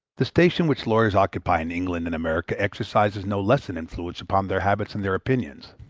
the station which lawyers occupy in england and america exercises no less an influence upon their habits and their opinions.